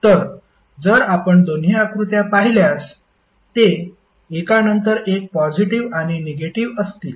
तर जर आपण दोन्ही आकृत्या पाहिल्यास ते एका नंतर एक पॉजिटीव्ह आणि निगेटिव्ह असतील